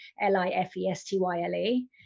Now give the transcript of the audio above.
l-i-f-e-s-t-y-l-e